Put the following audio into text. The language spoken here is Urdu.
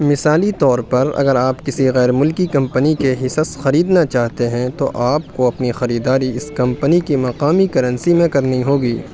مثالی طور پر اگر آپ کسی غیر ملکی کمپنی کے حصص خریدنا چاہتے ہیں تو آپ کو اپنی خریداری اس کمپنی کی مقامی کرنسی میں کرنی ہوگی